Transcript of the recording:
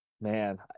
Man